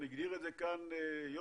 הגדיר את זה כאן יוסי,